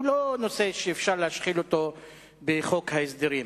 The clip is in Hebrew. הוא לא נושא שאפשר להשחיל אותו בחוק ההסדרים.